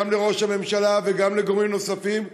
גם לראש הממשלה וגם לגורמים נוספים,